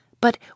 But